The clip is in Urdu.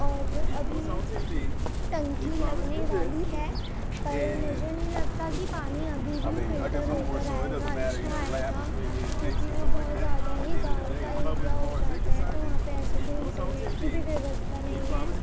اور ابھی ٹنکی لگنے والی ہے پر مجھے نہیں لگتا کہ پانی ابھی بھی فلٹر ہوکر آئے گا اچھا آئے گا کیونکہ وہ بہت زیادہ ہی گاؤں کا ایریا ہوجاتا ہے تو وہاں پہ ایسے کوئی انٹرنیٹ کی بھی ووستھا نہیں ہے